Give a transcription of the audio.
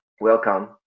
welcome